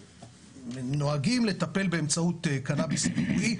שנוהגים לטפל באמצעות קנאביס CBD,